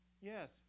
Yes